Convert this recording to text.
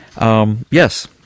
Yes